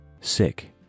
sick